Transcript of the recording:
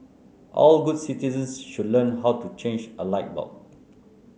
all good citizens should learn how to change a light bulb